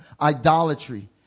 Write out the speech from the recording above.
idolatry